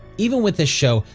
even with this show,